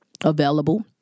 available